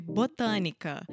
botânica